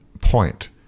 point